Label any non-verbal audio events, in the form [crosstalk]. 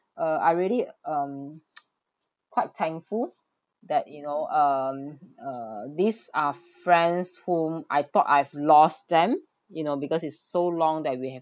uh I really um [noise] quite thankful that you know um uh these are friends whom I thought I've lost them you know because it's so long that we have